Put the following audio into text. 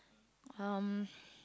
um